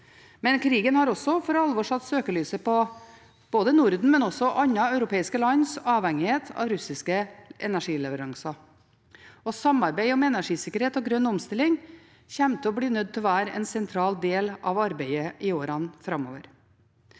men krigen har også for alvor satt søkelyset på både Nordens og andre europeiske lands avhengighet av russiske energileveranser. Samarbeid om energisikkerhet og grønn omstilling kommer til å bli nødt til å være en sentral del av arbeidet i årene framover.